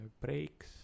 breaks